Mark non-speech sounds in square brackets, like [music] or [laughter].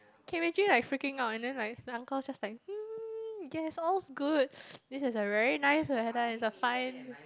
I can imagine like freaking out and then like the uncle's just like [noise] yes all's good this is a very nice weather it's a fine